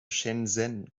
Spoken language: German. shenzhen